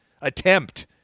attempt